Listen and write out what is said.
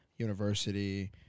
University